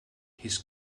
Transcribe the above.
his